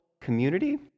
community